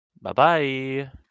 Bye-bye